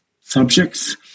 subjects